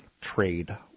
trade